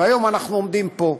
והיום אנחנו עומדים פה.